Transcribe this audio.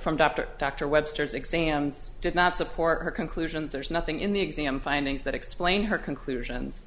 from dr dr webster's exams did not support her conclusions there's nothing in the exam findings that explain her conclusions